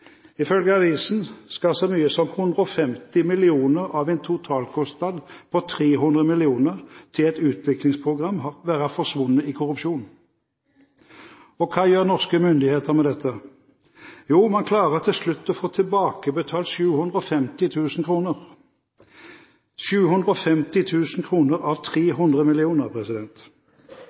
Ifølge avisen skal så mye som 150 mill. kr av en totalkostnad på 300 mill. kr til et utviklingsprogram være forsvunnet i korrupsjon. Hva gjør norske myndigheter med dette? Jo, man klarer til slutt å få tilbakebetalt 750 000 kr – 750 000 kr av 300